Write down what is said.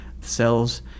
cells